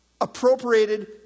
appropriated